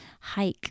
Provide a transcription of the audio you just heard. hike